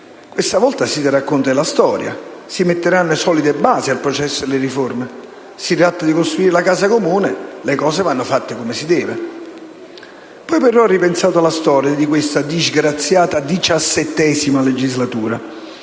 questa volta si terrà conto della storia, si metteranno solide basi al processo delle riforme; si tratta di costruire la casa comune: le cose vanno fatte come si deve. Poi però ho ripensato alla storia di questa disgraziata XVII legislatura